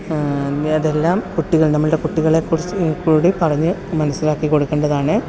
ഏതെല്ലാം കുട്ടികൾ നമ്മളുടെ കുട്ടികളെ കുറിച്ചു കൂടി പറഞ്ഞു മനസ്സിലാക്കി കൊടുക്കേണ്ടതാണ്